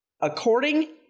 according